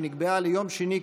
שנקבעה ליום שני,